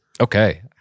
okay